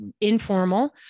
informal